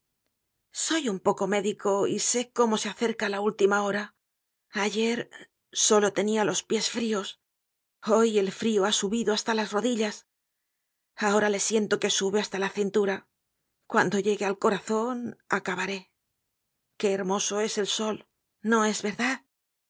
soy un poco módico y sé cómo se acerca la última hora ayer solo tenia los pies frios hoy el frio ha subido hasta las rodillas ahora le siento que sube hasta la cintura cuando llegue al corazon acabaré qué hermoso es el sol no es verdad